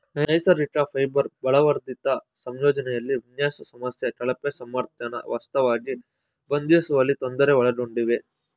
ನೈಸರ್ಗಿಕ ಫೈಬರ್ ಬಲವರ್ಧಿತ ಸಂಯೋಜನೆಲಿ ವಿನ್ಯಾಸ ಸಮಸ್ಯೆ ಕಳಪೆ ಸಾಮರ್ಥ್ಯನ ವಾಸ್ತವವಾಗಿ ಬಂಧಿಸುವಲ್ಲಿ ತೊಂದರೆ ಒಳಗೊಂಡಿವೆ